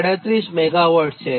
538 megawatt છે